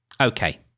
okay